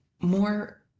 more